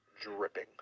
dripping